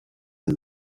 and